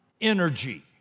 energy